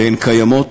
והן קיימות,